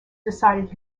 decided